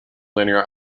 linear